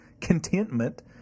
contentment